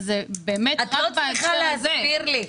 את לא צריכה להסביר לי.